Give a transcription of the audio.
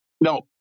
No